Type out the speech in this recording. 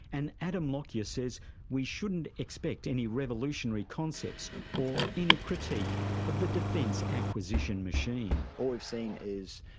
and adam lockyer says we shouldn't expect any revolutionary concepts or any critique of the defence acquisition machine. all we've seen is